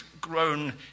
grown